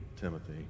Timothy